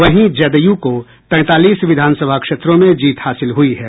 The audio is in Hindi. वहीं जदयू को तैंतालीस विधानसभा क्षेत्रों में जीत हासिल हुई है